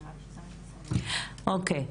אוקיי.